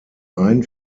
ein